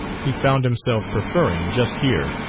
he found himself preferring, just here,